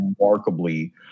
remarkably